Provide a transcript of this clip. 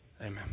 Amen